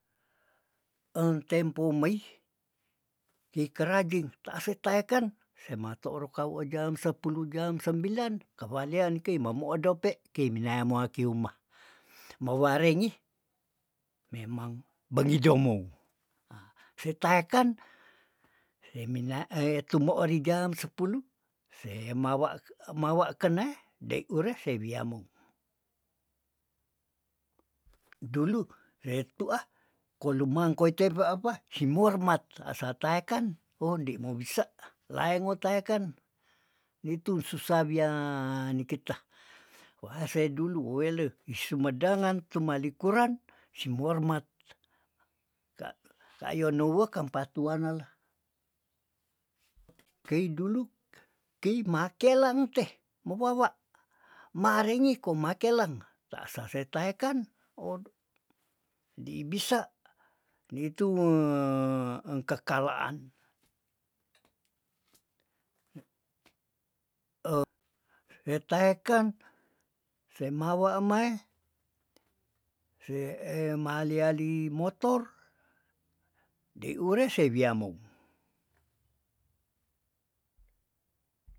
En tempo meih, ikerajing tase taeken sematoro kau jam sepuluh jam sembilan kawalian nikei mamu odope kei mina moakiuma, mowarengi memang begidomu hah setaeken se mina tumo ori jam sepuluh se mawa ke mawa kena dei ure se wiamo, dulu etuah kolumang koite pa apa simormat tasa taeken oh nde mowisa laeng mo taeken nitung susah wia nikita wahse dulu wele isemedangan tumalikuran simormat ka- kayo nowek kampato wanala, kei duluk kei make langteh mowawa marenge komakeleng ta sase taeken odo dibisa ditung engkakalaan setaeken, semawa emae, se emaliali motor de ure se wiamou.